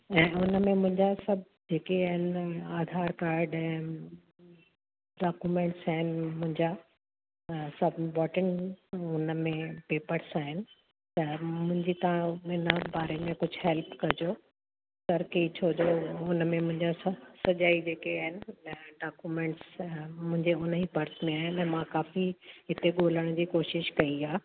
ऐं उन में मुंहिंजा सभु जेके आहिनि आधार कार्ड डॉक्यूमेंट्स आहिनि मुंहिंजा सभु इंपॉर्टेंट हुन में पेपर्स आहिनि त मुंहिंजी तव्हां हिन बारे में कुझु हैल्प कजो तर की छो जो हुन में मुंहिंजा सभु सॼा ई जेके आहिनि डॉक्यूमेंट्स मुंहिंजे हुन ई पर्स में आहिनि मां काफ़ी हिते ॻोल्हण जी कोशिशि कई आहे